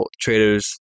traders